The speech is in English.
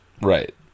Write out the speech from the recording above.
Right